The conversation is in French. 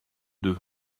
deux